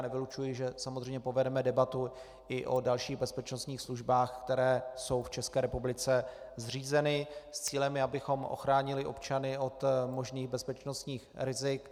Nevylučuji, že samozřejmě povedeme debatu i o dalších bezpečnostních službách, které jsou v České republice zřízeny, s cílem, abychom ochránili občany od možných bezpečnostních rizik.